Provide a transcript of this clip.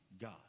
God